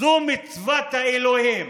זו מצוות האלוהים,